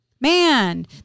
man